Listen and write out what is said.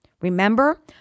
Remember